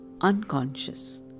unconscious